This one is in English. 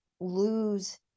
lose